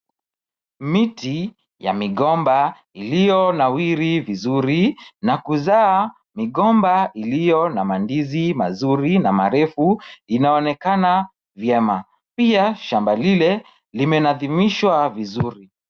Miti ya migomba, iliyonawiri vizuri na kuzaa migomba iliyo na mandizi mazuri na marefu, inaonekana vyema. Pia shamba lile limenadhimishwa vizuri.